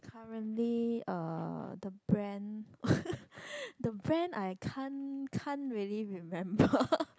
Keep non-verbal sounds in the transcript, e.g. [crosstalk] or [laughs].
currently uh the brand [laughs] the brand I can't can't really remember [laughs]